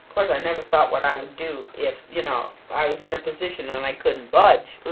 course, i never thought what i would do if, you know, i was in a position and i couldn't budge.